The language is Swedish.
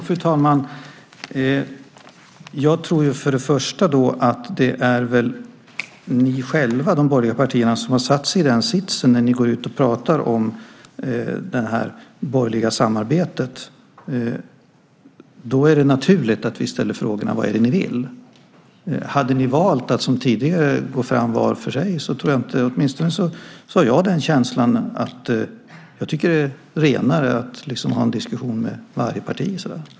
Fru talman! Jag tror först och främst att det är ni borgerliga partier själva som sätter er i den sitsen när ni går ut och pratar om det här borgerliga samarbetet. Då är det naturligt att vi ställer frågan vad det är ni vill. Hade ni valt att, som tidigare, gå fram var för sig tycker åtminstone jag att det hade känts renare att ha en diskussion med varje parti.